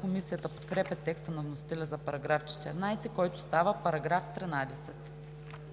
Комисията подкрепя текста на вносителя за § 14, който става § 13.